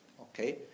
Okay